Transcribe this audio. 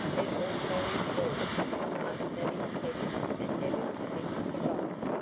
it also recalls much that is pleasant and never to be forgotten.